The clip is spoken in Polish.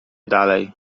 dalej